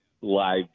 live